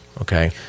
okay